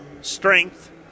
strength